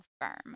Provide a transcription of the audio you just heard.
firm